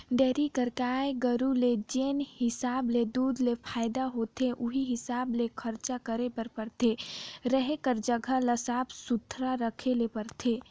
dairy कर गाय गरू ले जेन हिसाब ले दूद ले फायदा होथे उहीं हिसाब ले खरचा करे बर परथे, रहें कर जघा ल साफ सुथरा रखे ले परथे